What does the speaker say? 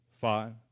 five